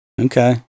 Okay